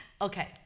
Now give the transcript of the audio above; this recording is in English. okay